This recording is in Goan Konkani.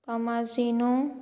तमाजिनो